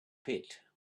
pit